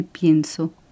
pienso